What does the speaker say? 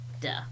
duh